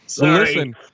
listen